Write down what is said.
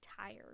tired